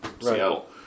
Seattle